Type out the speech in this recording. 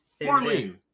Marlene